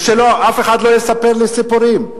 ושאף אחד לא יספר לי סיפורים,